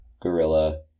gorilla